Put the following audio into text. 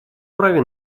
праве